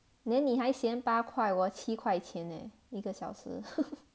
连你还嫌八块我七块钱诶一个小时